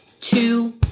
two